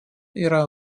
yra